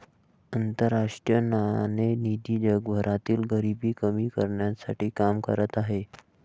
आंतरराष्ट्रीय नाणेनिधी जगभरातील गरिबी कमी करण्यासाठी काम करत आहे